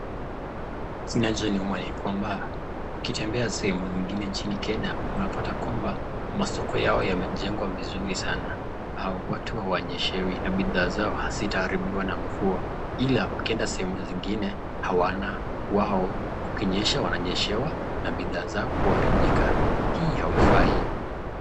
Kitu kinachoniuma ni kwamba? Ukitembea sehemu nyingine Kenya unapata kwamba masoko yao yamejengwa vizuri sana au watu hawanyeshewi na bidhaa zao hazitaharibiwa na mvua, ila ukienda sehemu zingine hawana, wao kukinyesha wananyeshewa na bidhaa zao huharibika, hii haifai.